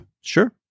sure